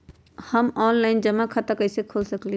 हम ऑनलाइन जमा खाता कईसे खोल सकली ह?